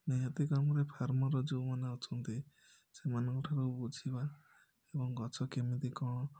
ନିହାତିକ ଭାବରେ ଫାର୍ମର ଯେଉଁମାନେ ଅଛନ୍ତି ସେମାନଙ୍କଠାରୁ ବୁଝିବା ଏବଂ ଗଛ କେମିତି କ'ଣ